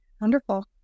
Wonderful